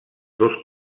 dos